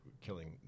killing